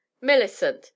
Millicent